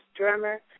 drummer